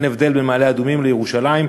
אין הבדל בין מעלה-אדומים לירושלים.